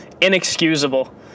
inexcusable